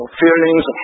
feelings